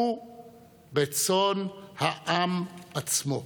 הוא רצון העם עצמו,